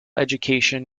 education